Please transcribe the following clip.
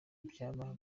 byaba